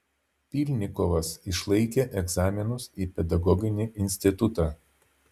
pylnikovas išlaikė egzaminus į pedagoginį institutą